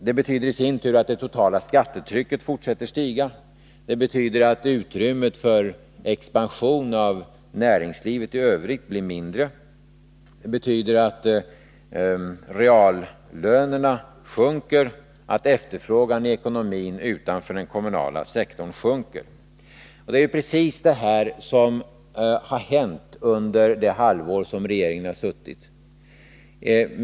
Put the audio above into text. Det betyder i sin tur att det totala skattetrycket fortsätter att stiga, att utrymmet för expansion av näringslivet blir mindre, att reallönerna sjunker, att efterfrågan i ekonomin utanför den kommunala sektorn sjunker. Det är ju precis detta som har hänt under det halvår som regeringen suttit.